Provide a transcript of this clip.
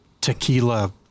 tequila